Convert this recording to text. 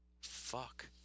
Fuck